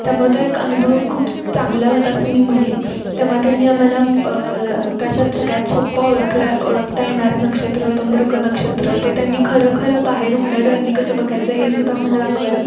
त्यामुळं तो एक अनुभव खूप चांगला होता असं मी म्हणेन तेव्हा त्यांनी आम्हाला आकाशात सगळ्यात सोपं ओळखल्या ओळखता येणारं नक्षत्र होतं मृग नक्षत्र ते त्यांनी खरं खरं बाहेर उघड्या डोळ्यांनी कसं बघायचं हे सुद्धा आम्हाला दाखवलं